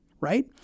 Right